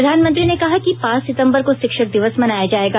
प्रधानमंत्री ने कहा कि पांच सितंबर को शिक्षक दिवस मनाया जायेगा